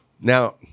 Now